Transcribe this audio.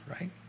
right